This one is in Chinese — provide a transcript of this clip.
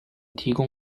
提供